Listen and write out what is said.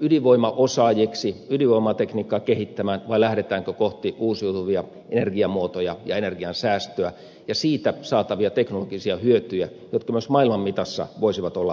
ydinvoimaosaajiksi ydinvoimatekniikkaa kehittämään vai lähdetäänkö kohti uusiutuvia energiamuotoja ja energiansäästöä ja siitä saatavia teknologisia hyötyjä jotka myös maailman mitassa voisivat olla merkittäviä